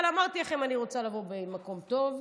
אבל אמרתי לכם שאני רוצה לבוא ממקום טוב.